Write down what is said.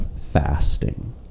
fasting